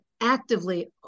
actively